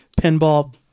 Pinball